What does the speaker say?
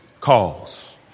calls